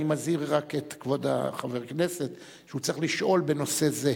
אני רק מזהיר את כבוד חבר הכנסת שהוא צריך לשאול בנושא זה.